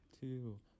two